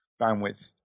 bandwidth